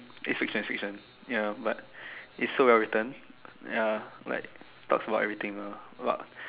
it's fiction it's fiction ya but it's so well written ya like talks about everything lah about